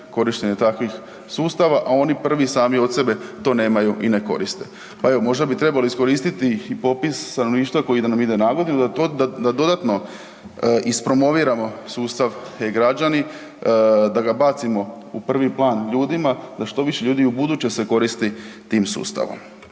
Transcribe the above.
korištenje takvih sustava, a oni prvi sami od sebe to nemaju i ne koriste. Pa evo, možda bi trebali i iskoristiti ih i popis stanovništva koji nam ide nagodinu da to, da dodatno ispromoviramo sustav e-Građani, da ga bacimo u prvi plan ljudima, da što više ljudi ubuduće se koristi tim sustavom.